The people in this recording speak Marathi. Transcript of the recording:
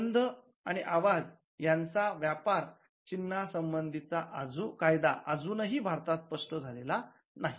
गंध आणि आवाज यांचा व्यापार चिन्हसंबंधीचा कायदा अजूनही भारतात स्पष्ट झालेला नाही